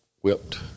whipped